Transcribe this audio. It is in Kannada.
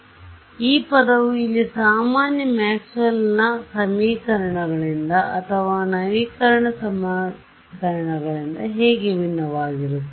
ಆದ್ದರಿಂದ ಈ ಪದವು ಇಲ್ಲಿ ಸಾಮಾನ್ಯ ಮ್ಯಾಕ್ಸ್ವೆಲ್ನ Maxwell's e ಸಮೀಕರಣಗಳಿಂದ ಅಥವಾ ನವೀಕರಣ ಸಮೀಕರಣಗಳಿಂದ ಹೇಗೆ ಭಿನ್ನವಾಗಿರುತ್ತದೆ